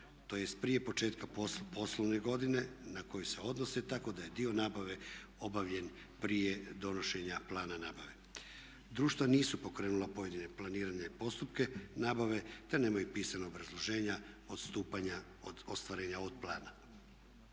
tj. prije početka poslovne godine na koju se odnosi tako da je dio nabave obavljen prije donošenja plana nabave. Društva nisu pokrenula pojedine planirane postupke nabave te nemaju pisana obrazloženja odstupanja od